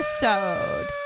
episode